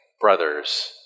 brothers